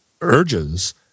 urges